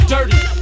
Dirty